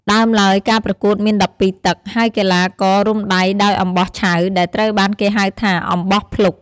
ដើមឡើយការប្រកួតមាន ១២ ទឹក ហើយកីឡាកររុំដៃដោយអំបោះឆៅ ដែលត្រូវបានគេហៅថា "អំបោះភ្លុក"។